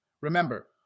Remember